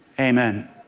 Amen